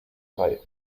drei